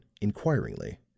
inquiringly